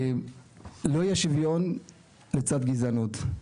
לא יהיה שוויון לצד גזענות,